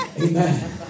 Amen